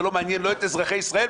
זה לא מעניין לא את אזרחי ישראל,